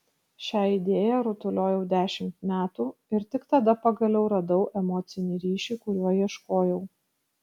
šią idėją rutuliojau dešimt metų ir tik tada pagaliau radau emocinį ryšį kurio ieškojau